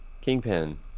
Kingpin